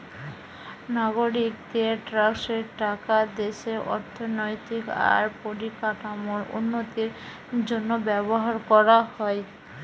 নাগরিকদের ট্যাক্সের টাকা দেশের অর্থনৈতিক আর পরিকাঠামোর উন্নতির জন্য ব্যবহার কোরা হয়